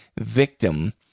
victim